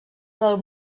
del